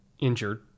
injured